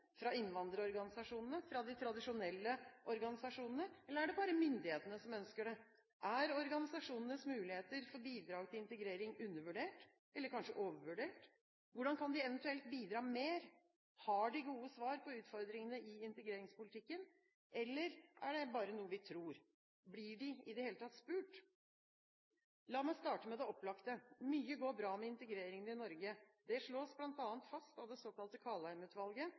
fra innvandrerorganisasjonene, fra de tradisjonelle organisasjonene, eller er det bare myndighetene som ønsker det? Er organisasjonenes muligheter for bidrag til integrering undervurdert – eller kanskje overvurdert? Hvordan kan de eventuelt bidra mer? Har de gode svar på utfordringene i integreringspolitikken, eller er det bare noe vi tror? Blir de i det hele tatt spurt? La meg starte med det opplagte. Mye går bra med integreringen i Norge. Det slås bl.a. fast av det såkalte